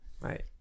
right